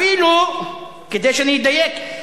אפילו כדי שאני אדייק,